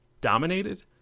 dominated